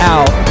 Out